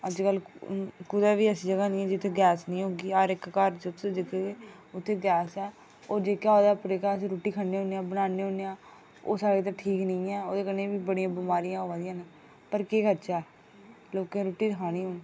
अज्ज कल्ल कुदै बी ऐसी जगह् निं ऐ जित्थै गैस निं होगी जां हर इक घर उत्थै गैस ऐ ओह् दिखेआ ओह्दे उप्पर रुट्टी खन्नें होनें आं बनानें होनें आं ओह् साढ़े वास्तै ठीक नेईं ऐ ओह्दे कन्नै बड़ियां बमारियां आवा दियां लोकें रुट्टी खानी निं